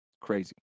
Crazy